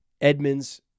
Edmonds